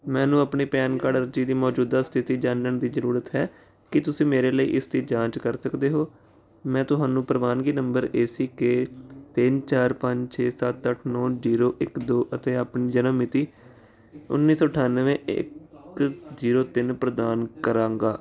ਮੈਨੂੰ ਆਪਣੀ PAN card ਅਰਜ਼ੀ ਦੀ ਮੌਜੂਦਾ ਸਥਿਤੀ ਜਾਣਨ ਦੀ ਜ਼ਰੂਰਤ ਹੈ ਕੀ ਤੁਸੀਂ ਮੇਰੇ ਲਈ ਇਸ ਦੀ ਜਾਂਚ ਕਰ ਸਕਦੇ ਹੋ ਮੈਂ ਤੁਹਾਨੂੰ ਪ੍ਰਵਾਨਗੀ ਨੰਬਰ ਏ ਸੀ ਕੇ ਤਿੰਨ ਚਾਰ ਪੰਜ ਛੇ ਸੱਤ ਨੌਂ ਜੀਰੋ ਇੱਕ ਦੋ ਅਤੇ ਆਪਣੀ ਜਨਮ ਮਿਤੀ ਉੱਨੀ ਸੋ ਅਠਾਨਵੇਂ ਇੱਕ ਜੀਰੋ ਤਿੰਨ ਪ੍ਰਦਾਨ ਕਰਾਂਗਾ